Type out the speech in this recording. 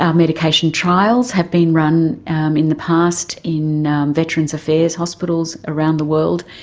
um medication trials have been run in the past in veterans' affairs hospitals around the world,